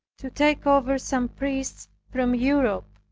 to take over some priests from europe.